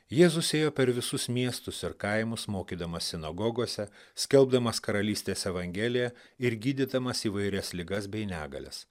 jėzus ėjo per visus miestus ir kaimus mokydamas sinagogose skelbdamas karalystės evangeliją ir gydydamas įvairias ligas bei negalias